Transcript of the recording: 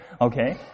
Okay